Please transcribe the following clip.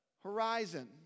horizon